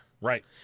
Right